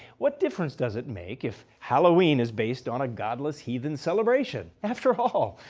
what difference does it make if halloween is based on a godless heathen celebration? after all,